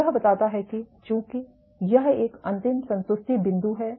तो यह बताता है कि चूंकि यह एक अंतिम संतुष्टी बिदुं है